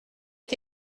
est